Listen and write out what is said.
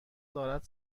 دارد